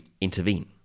intervene